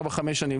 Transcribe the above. ארבע חמש שנים,